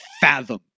fathom